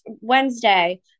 wednesday